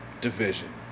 division